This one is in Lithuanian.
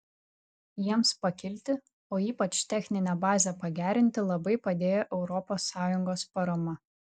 jiems pakilti o ypač techninę bazę pagerinti labai padėjo europos sąjungos parama